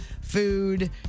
food